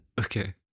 Okay